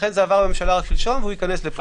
לכן זה עבר לממשלה רק שלשום והוא ייכנס לפה.